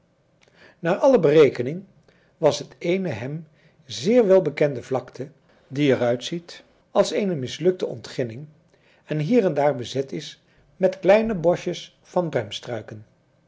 naar alle berekening was het eene hem zeer wel bekende vlakte die er uitziet als eene mislukte ontginning en hier en daar bezet is met kleine boschjes van